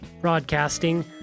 broadcasting